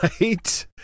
right